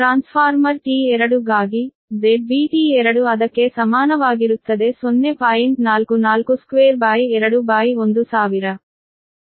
transformer T2 ಗಾಗಿ ZBT2 ಅದಕ್ಕೆ ಸಮಾನವಾಗಿರುತ್ತದೆ